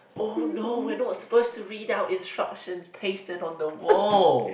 oh no we're not supposed to read out instructions pasted on the wall